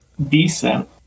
decent